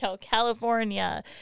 California